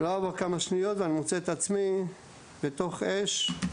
לא עברו כמה שניות ואני מוצא את עצמי בתוך אש,